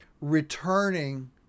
returning